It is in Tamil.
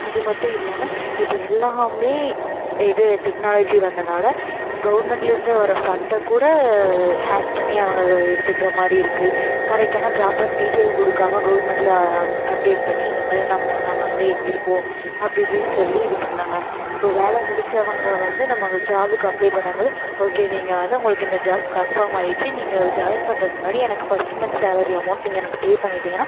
அது மட்டும் இல்லாமல் இப்போ எல்லாமே இது டெக்னாலஜி வந்தனால் கவுர்மெண்ட்டில் இருந்து வர ஃபண்டை கூட ஹாக் பண்ணி அவங்க எடுத்துக்கிற மாதிரி இருக்குது கரெக்டான ப்ராப்பர் டீட்டெய்ல் கொடுக்காம கவுர்மெண்ட்டில் அப் அப்டேட் பண்ணி இந்த மாதிரி நம்ம நாங்கள் வந்து இங்கே இருக்கோம் அப்படி இப்படின்னு சொல்லி இது பண்ணுறாங்க இப்போ வேலை முடித்தவங்க வந்து நம்ம அங்கே ஜாபுக்கு அப்ளை பண்ணும்போது ஓகே நீங்கள் வந்து உங்களுக்கு இந்த ஜாப் கன்ஃபார்ம் ஆகிருச்சி நீங்கள் ஜாயின் பண்ணுறக்கு முன்னாடி எனக்கு ஃபஸ்ட் மந்த் சேலரி அமௌண்ட் நீங்கள் எனக்கு பே பண்ணிவிட்டிங்கன்னா